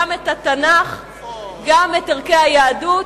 גם את ערכי התנ"ך וגם את ערכי היהדות,